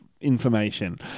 information